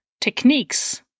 techniques